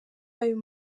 ayo